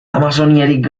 amazoniarik